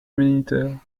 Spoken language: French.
humanitaire